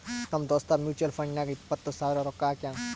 ನಮ್ ದೋಸ್ತ mutual fund ನಾಗ್ ಎಪ್ಪತ್ ಸಾವಿರ ರೊಕ್ಕಾ ಹಾಕ್ಯಾನ್